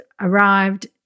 arrived